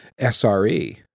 sre